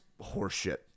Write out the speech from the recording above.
horseshit